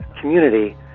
community